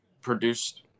produced